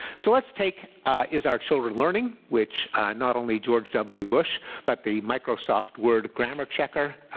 so let's take is our children learning, which not only george w. bush but the microsoft word grammar checker